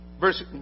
verse